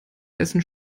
dessen